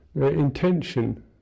Intention